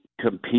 compete